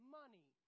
money